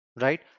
right